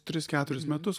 tris keturis metus